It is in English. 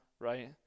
right